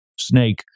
snake